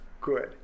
Good